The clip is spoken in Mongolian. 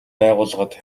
байгууллагад